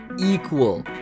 equal